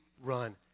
run